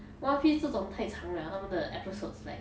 one piece 这种太长了他们的 episodes like